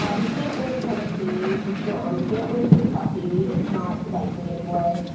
um you can't win tennessee for sure or you can't win kentucky. it's not likely anyway.